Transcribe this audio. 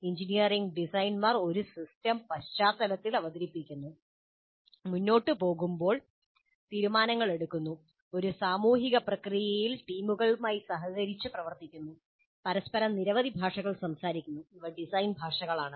engineering ഡിസൈനർമാർ ഒരു system പശ്ചാത്തലത്തിൽ അവതരിപ്പിക്കുന്നു മുന്നോട്ട് പോകുമ്പോൾ തീരുമാനങ്ങൾ എടുക്കുന്നു ഒരു സാമൂഹിക പ്രക്രിയയിൽ ടീമുകളുമായി സഹകരിച്ച് പ്രവർത്തിക്കുന്നു പരസ്പരം നിരവധി ഭാഷകൾ സംസാരിക്കുന്നു ഇവ ഡിസൈൻ ഭാഷകളാണ്